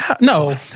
No